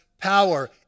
power